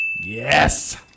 Yes